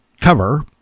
cover